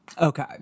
Okay